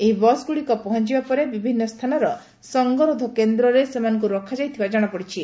ଏହି ବସ୍ଗୁଡିକ ପହଞ୍ ବା ପରେ ବିଭିନ୍ ସ୍ଥାନର ସଂଘରୋଧ କେନ୍ଦ୍ରରେ ସେମାନଙ୍ଙୁ ରଖାଯାଇଥିବା କଣାପଡିଛି